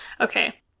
Okay